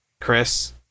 Chris